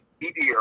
meteor